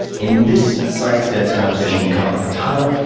in this science dense conversation we cover a ton.